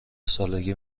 سالگی